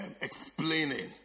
explaining